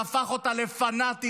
והפך אותה לפנאטית,